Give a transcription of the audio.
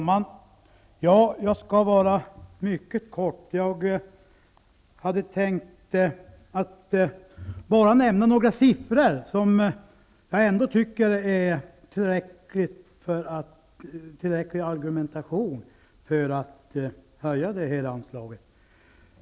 Herr talman! Jag skall fatta mig mycket kort. Jag hade bara tänkt att nämna några siffror vilka är tillräcklig argumentation för att höja det här anslaget.